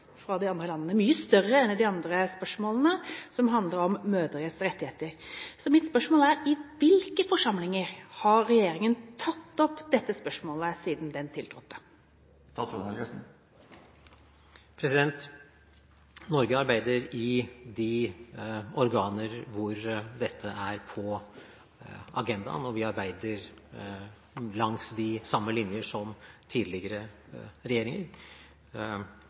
fra de andre landene, mye større enn i de andre spørsmålene som handler om mødres rettigheter. Så mitt spørsmål er: I hvilke forsamlinger har regjeringen tatt opp dette spørsmålet siden den tiltrådte? Norge arbeider i de organer hvor dette er på agendaen, og vi arbeider langs de samme linjer som tidligere regjeringer.